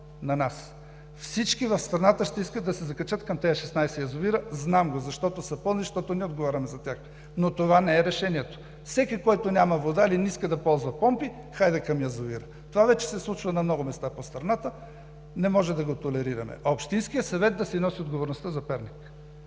Всички в страната ще искат да се закачат към тези 16 язовира. Знам го, защото са пълни, защото ние отговаряме за тях, но това не е решението. Всеки, който няма вода или не иска да ползва помпи – хайде към язовира. Това вече се случва на много места в страната – не можем да го толерираме. А Общинският съвет да си носи отговорността за Перник.